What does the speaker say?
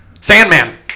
Sandman